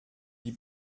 die